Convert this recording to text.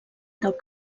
del